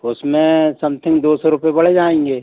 उसमें समथिंग दो सौ रुपये बढ़ जाएँगे